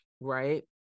right